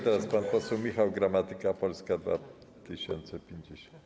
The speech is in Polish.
Teraz pan poseł Michał Gramatyka, Polska 2050.